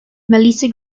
melissa